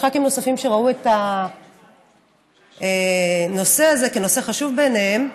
ח"כים נוספים שראו את הנושא הזה כנושא חשוב בעיניהם.